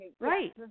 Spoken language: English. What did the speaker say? Right